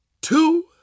two